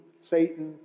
Satan